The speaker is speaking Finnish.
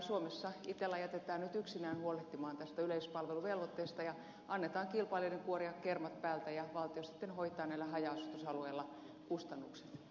suomessa itella jätetään nyt yksinään huolehtimaan tästä yleispalveluvelvoitteesta ja annetaan kilpailijoiden kuoria kermat päältä ja valtio sitten hoitaa näillä haja asutusalueilla kustannukset